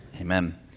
Amen